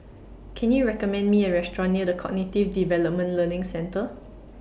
Can YOU recommend Me A Restaurant near The Cognitive Development Learning Centre